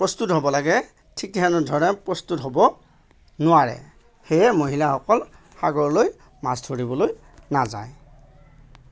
প্ৰস্তুত হ'ব লাগে ঠিক তেনেধৰণে প্ৰস্তুত হ'ব নোৱাৰে সেয়ে মহিলাসকল সাগৰলৈ মাছ ধৰিবলৈ নাযায়